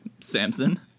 Samson